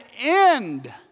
end